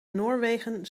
noorwegen